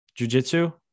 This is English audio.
jujitsu